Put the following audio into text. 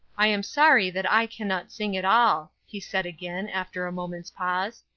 i am sorry that i cannot sing at all, he said again, after a moment's pause.